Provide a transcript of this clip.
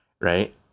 right